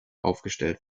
aufgestellt